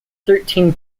thirteen